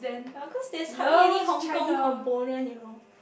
ya cause there's hardly any Hong-Kong component you know